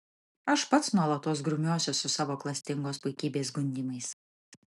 aš pats nuolatos grumiuosi su savo klastingos puikybės gundymais